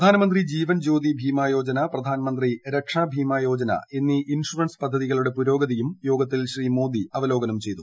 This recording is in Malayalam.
പ്രധാൻമന്ത്രി ജീവൻ ജ്യോതി ഭീമ യോജന പ്രധാൻമന്ത്രി രക്ഷാ ഭീമ യോജന എന്നീ ഇൻഷുറൻസ് പദ്ധതികളുടെ പുരോഗതിയും യോഗത്തിൽ ശ്രീ മോദി അവലോകനം ചെയ്തു